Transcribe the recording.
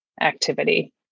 activity